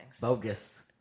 Bogus